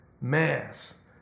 mass